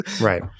Right